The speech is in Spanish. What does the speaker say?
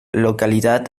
localidad